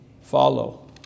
follow